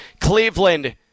Cleveland